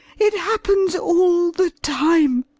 it happens all the time.